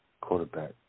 quarterback